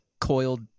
coiled